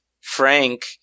Frank